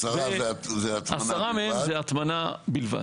עשרה מהם זה הטמנה בלבד.